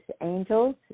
angels